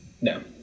No